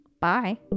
Bye